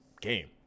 game